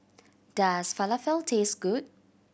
does Falafel taste good